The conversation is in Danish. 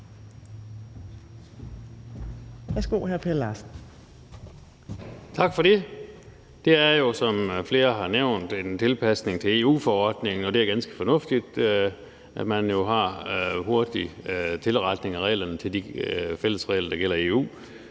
Tak for det. Det er jo, som flere har nævnt, en tilpasning til EU-forordningen, og det er ganske fornuftigt, at man har en hurtig tilretning af reglerne til de fælles regler, der gælder i EU.